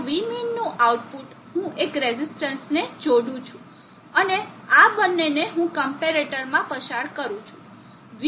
તો vmin નું output હું એક રેઝિસ્ટરને જોડું છું અને આ બંનેને હું કમ્પેરેટરમાં પસાર કરું છું